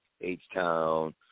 H-Town